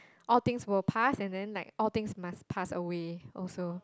all things will pass and then like all things must pass away also